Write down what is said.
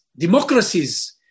Democracies